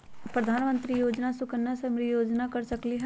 प्रधानमंत्री योजना सुकन्या समृद्धि योजना कर सकलीहल?